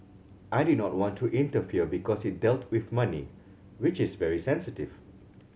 I did not want to interfere because it dealt with money which is very sensitive